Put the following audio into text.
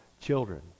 children